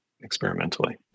experimentally